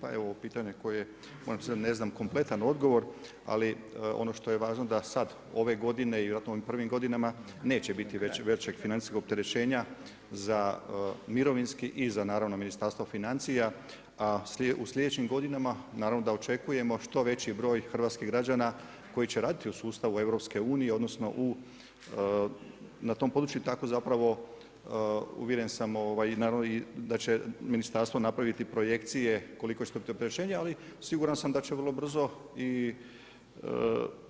Pa evo ovo pitanje na koje, moram priznati ne znam kompletan odgovor, ali ono što je važno da sad, ove godine i u prvim godinama, neće biti većeg financijskog opterećenja za mirovinski i za naravno Ministarstvo financija, a u sljedećim godinama, naravno da očekujemo što veći broj hrvatskih građana koji će raditi u sustavu EU, na tom području i tako zapravo, uvjeren sam i da će ministarstvo napraviti projekcije ukoliko će to biti opterećenje, ali siguran sam da će vrlo brzo i